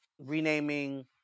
renaming